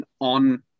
on